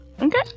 Okay